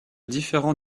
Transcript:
différents